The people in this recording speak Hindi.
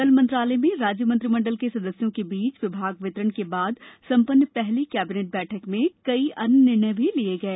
कल मंत्रालय में राज्य मंत्रिमंडल के सदस्यों के बीच विभाग वितरण के बाद सम्पन्न पहली कैबिनेट बैठक में कई अन्य फैसले भी लिए गए